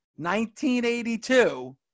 1982